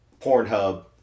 Pornhub